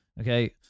Okay